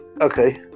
okay